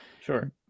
Sure